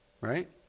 Right